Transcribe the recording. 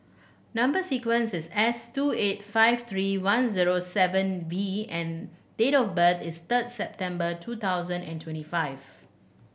number sequence is S two eight five three one zero seven V and date of birth is third September two thousand and twenty five